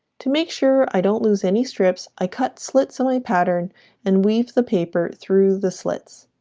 to make sure i don't lose any strips i cut slits in my pattern and weave the paper through the slits